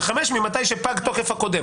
זה חמש ממתי שפג תוקף הקודם.